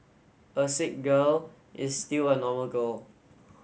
a sick girl is still a normal girl